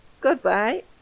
Goodbye